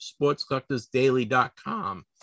sportscollectorsdaily.com